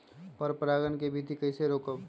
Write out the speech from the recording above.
पर परागण केबिधी कईसे रोकब?